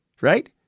right